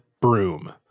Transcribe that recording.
broom